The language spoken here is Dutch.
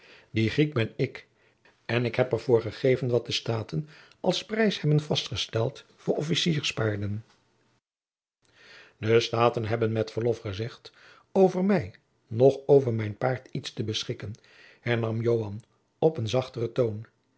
die griek ben ik en ik heb er voor gegeven wat de staten als prijs hebben vastgesteld voor officierspaarden de staten hebben met verlof gezegd over mij noch over mijn paard iets te beschikken hernam joan op een zachteren toon